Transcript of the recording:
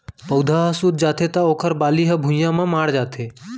पउधा ह सूत जाथे त ओखर बाली ह भुइंया म माढ़ जाथे